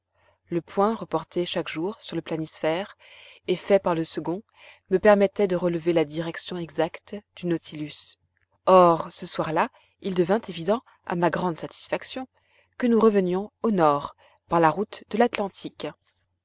le point reporté chaque jour sur le planisphère et fait par le second me permettait de relever la direction exacte du nautilus or ce soir-là il devint évident à ma grande satisfaction que nous revenions au nord par la route de l'atlantique